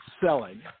selling